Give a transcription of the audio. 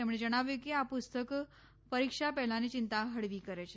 તેમણે જણાવ્યું કે આ પુસ્તક પરિક્ષા પહેલાની ચિંતા હળવી કરે છે